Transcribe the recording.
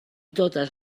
totes